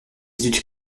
études